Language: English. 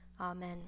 Amen